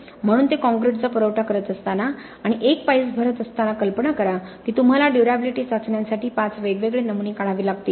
म्हणून ते काँक्रीटचा पुरवठा करत असताना आणि एक पाईल्स भरत असताना कल्पना करा की तुम्हाला ड्युर्याबिलिटी चाचण्यांसाठी 5 वेगवेगळे नमुने काढावे लागतील